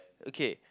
okay